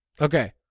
Okay